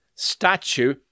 statue